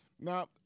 Now